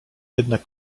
biedna